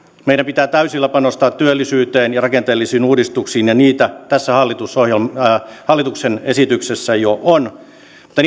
meidän pitää täysillä panostaa työllisyyteen ja rakenteellisiin uudistuksiin niitä tässä hallituksen esityksessä jo on mutta